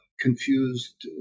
confused